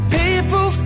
people